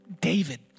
David